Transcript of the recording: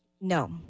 No